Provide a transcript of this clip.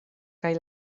kaj